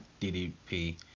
DDP